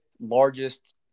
largest